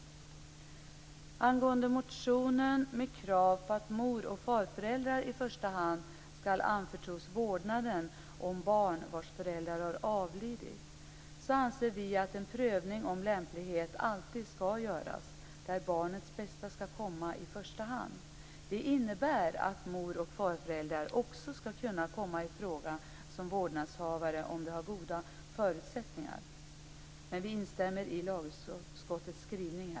Vad angår motionen med krav på att i första hand mor och farföräldrar skall anförtros vårdnaden om barn vars föräldrar har avlidit anser vi att en prövning av lämplighet alltid skall göras, där barnets bästa skall komma i första hand. Det innebär att också moroch farföräldrar skall kunna komma i fråga som vårdnadshavare, om de har goda förutsättningar. Vi instämmer här i lagutskottets skrivning.